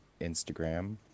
Instagram